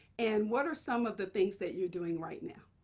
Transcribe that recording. and what are some of the things that you're doing right now?